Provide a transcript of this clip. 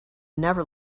never